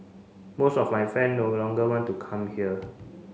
most of my friend no longer want to come here